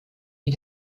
wie